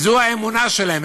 וזו האמונה שלהם.